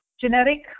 genetic